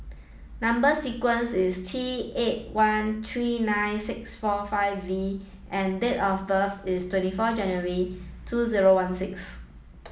number sequence is T eight one three nine six four five V and date of birth is twenty four January two zero one six